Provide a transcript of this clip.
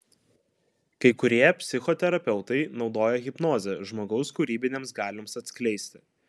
kai kurie psichoterapeutai naudoja hipnozę žmogaus kūrybinėms galioms atskleisti